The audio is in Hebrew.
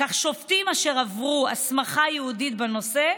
כך, שופטים אשר עברו הסמכה ייעודית בנושא,